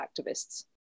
activists